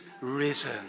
risen